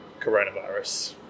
coronavirus